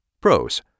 Pros